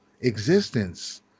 existence